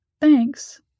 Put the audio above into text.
Thanks